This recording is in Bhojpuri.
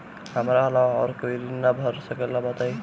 हमरा अलावा और कोई ऋण ना भर सकेला बताई?